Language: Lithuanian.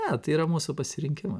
ne tai yra mūsų pasirinkimas